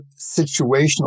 situational